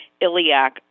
iliac